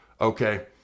Okay